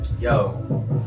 Yo